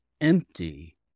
empty